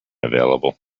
available